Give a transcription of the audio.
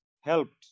helped